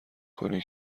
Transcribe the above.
کنی